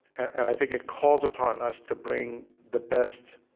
and i think it calls upon us to bring the best